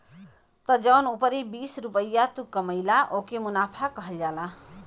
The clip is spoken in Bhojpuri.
त जौन उपरी बीस रुपइया तू कमइला ओके मुनाफा कहल जाला